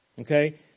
Okay